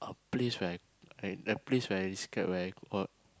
a place where I I a place where I scared where I uh